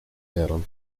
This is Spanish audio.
herald